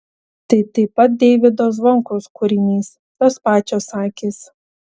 tai taip pat deivydo zvonkaus kūrinys tos pačios akys